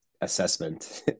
assessment